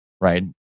right